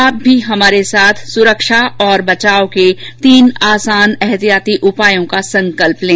आप भी हमारे साथ सुरक्षा और बचाव के तीन आसान एहतियाती उपायों का संकल्प लें